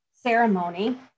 ceremony